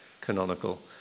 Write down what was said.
canonical